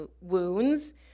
wounds